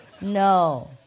No